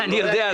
אני יודע.